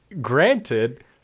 granted